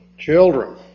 Children